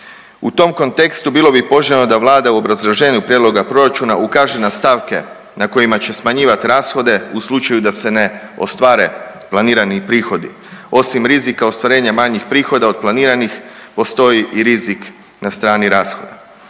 U tom kontekstu bilo bi poželjno da Vlada u obrazloženju prijedloga proračuna ukaže na stavke na kojima će smanjivat rashode u slučaju da se ostvare planirani prihodi, osim rizika ostvarenja manjih prihoda od planiranih postoji i rizik na strani rashoda.